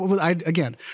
Again